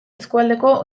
eskualdeko